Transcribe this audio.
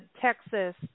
Texas